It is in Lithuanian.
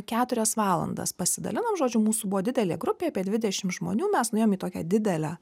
keturias valandas pasidalinom žodžiu mūsų buvo didelė grupė apie dvidešimt žmonių mes nuėjom į tokią didelę